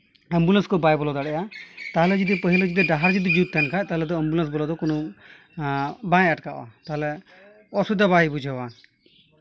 ambulance ᱠᱚ ᱵᱟᱭ ᱵᱚᱞᱚ ᱫᱟᱲᱮᱭᱟᱜᱼᱟ ᱛᱟᱦᱚᱞᱮ ᱡᱩᱫᱤ ᱯᱟᱹᱦᱤᱞ ᱨᱮ ᱡᱩᱫᱤ ᱰᱟᱦᱟᱨ ᱡᱩᱫᱤ ᱡᱩᱛ ᱛᱟᱦᱮᱸᱞᱮᱱ ᱠᱷᱟᱱ ᱛᱟᱦᱚᱞᱮ ᱫᱚ ᱮᱢᱵᱩᱞᱮᱱᱥ ᱵᱚᱞᱚ ᱫᱚ ᱠᱳᱱᱳ ᱵᱟᱭ ᱟᱴᱠᱟᱜᱼᱟ ᱛᱟᱦᱚᱞᱮ ᱚᱥᱩᱵᱤᱫᱷᱟ ᱵᱟᱭ ᱵᱩᱡᱷᱟᱹᱣᱟ